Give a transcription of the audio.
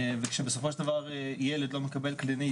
וכשבסופו של דבר ילד לא מקבל קלינאי